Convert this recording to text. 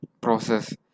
process